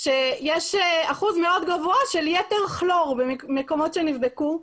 שיש אחוז מאוד גבוה של יתר כלור במקומות שנבדקו.